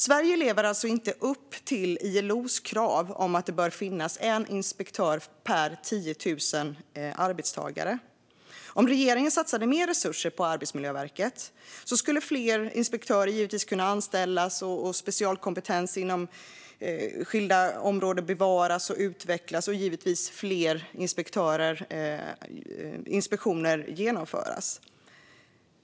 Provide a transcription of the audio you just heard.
Sverige lever alltså inte upp till ILO:s krav på att det bör finnas en inspektör per 10 000 arbetstagare. Om regeringen satsade mer resurser på Arbetsmiljöverket skulle fler inspektörer kunna anställas, specialkompetens inom skilda områden bevaras och utvecklas och fler inspektioner genomföras.